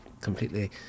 completely